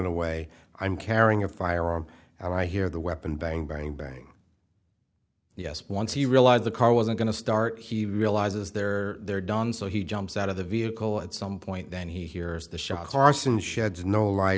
away i'm carrying a firearm and i hear the weapon bang bang bang yes once you realize the car wasn't going to start he realizes they're there done so he jumps out of the vehicle at some point then he hears the shot carson sheds no light